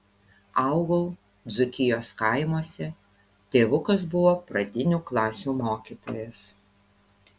augau dzūkijos kaimuose tėvukas buvo pradinių klasių mokytojas